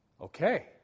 Okay